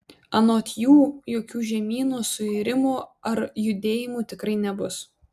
anot jų jokių žemynų suirimų ar judėjimų tikrai nebus